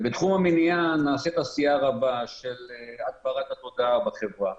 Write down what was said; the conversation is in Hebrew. בתחום המניעה נעשית עשייה רבה של הגברת התודעה בחברה.